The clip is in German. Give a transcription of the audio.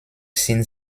sind